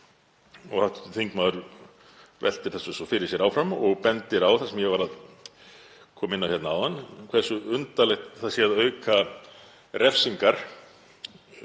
Hv. þingmaður veltir þessu fyrir sér áfram og bendir á það sem ég var að koma inn á áðan, hversu undarlegt það sé að auka refsingar